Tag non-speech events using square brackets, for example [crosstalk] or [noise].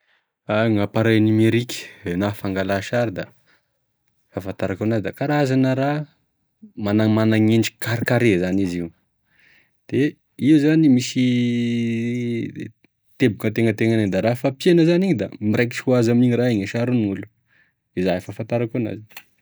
Gn'appareil numerique na fangala sary da e fahafantarako enazy raha mana endriky karekare zany izy io, de io zany misy [hesitation] temboky gn'ategnategnany agny da rafa pihana zany igny da mirekitry hoazy egny e sarin'olo iza e fahafantarako enazy.